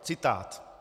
Citát: